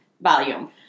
volume